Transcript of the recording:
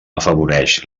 afavoreix